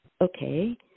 okay